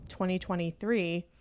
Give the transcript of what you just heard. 2023